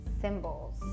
symbols